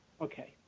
Okay